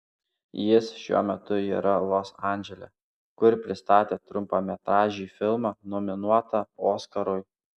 jis šiuo metu yra los andžele kur pristatė trumpametražį filmą nominuotą oskarui